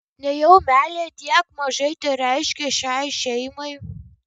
nejau meilė tiek mažai tereiškia šiai šeimai